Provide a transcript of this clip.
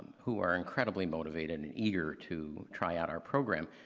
who are incredibly motivated and eager to try out our program.